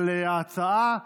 על ההצעה.